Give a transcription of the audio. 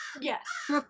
Yes